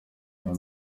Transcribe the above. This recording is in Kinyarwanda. iyo